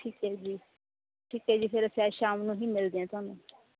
ਠੀਕ ਹੈ ਜੀ ਠੀਕ ਹੈ ਜੀ ਫਿਰ ਸੈ ਸ਼ਾਮ ਨੂੰ ਹੀ ਮਿਲਦੇ ਹਾਂ ਤੁਹਾਨੂੰ